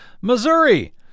Missouri